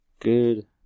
Good